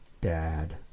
Dad